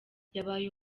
yabaye